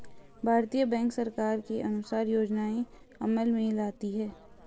भारतीय बैंक सरकार के अनुसार योजनाएं अमल में लाती है